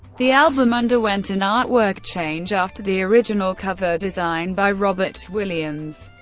the album underwent an artwork change after the original cover design by robert williams,